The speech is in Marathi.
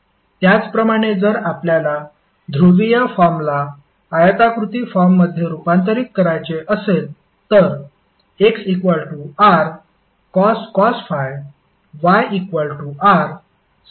त्याचप्रमाणे जर आपल्याला ध्रुवीय फॉर्मला आयताकृती फॉर्ममध्ये रूपांतरित करायचे असेल तर xrcos ∅ yrsin ∅